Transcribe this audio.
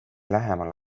lähemal